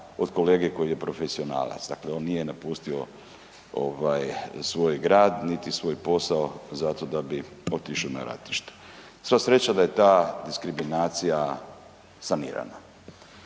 od kolege koji je profesionalac, dakle on nije napustio ovaj svoj grad niti svoj posao zato da bi otišao na ratište. Sva sreća da je ta diskriminacija sanirana.